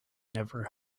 never